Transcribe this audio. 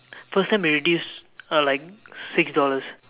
first time it reduce uh like six dollars